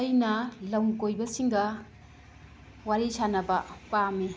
ꯑꯩꯅ ꯂꯝ ꯀꯣꯏꯕꯁꯤꯡꯒ ꯋꯥꯔꯤ ꯁꯥꯟꯅꯕ ꯄꯥꯝꯃꯤ